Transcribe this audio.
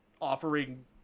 offering